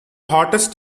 hottest